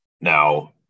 Now